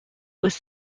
was